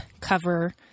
cover